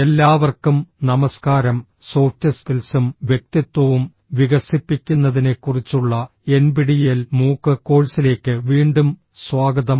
എല്ലാവർക്കും നമസ്കാരം സോഫ്റ്റ് സ്കിൽസും വ്യക്തിത്വവും വികസിപ്പിക്കുന്നതിനെക്കുറിച്ചുള്ള എൻപിടിഇഎൽ മൂക്ക് കോഴ്സിലേക്ക് വീണ്ടും സ്വാഗതം